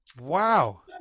Wow